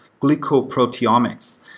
glycoproteomics